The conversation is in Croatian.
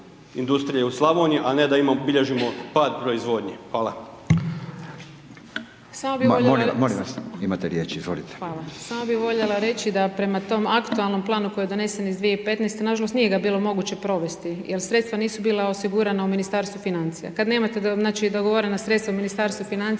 Nikolina** Samo bi… **Radin, Furio (Nezavisni)** Molim vas, molim vas, imate riječ, izvolite. **Brnjac, Nikolina** Hvala. Samo bi voljela reći da je prema tom aktualnom planu koji je donesen iz 2015., nažalost nije ga bilo moguće provesti jer sredstva nisu bila osigurana u Ministarstvu financija. Kad nemate znači dogovorena sredstva u Ministarstvu financija,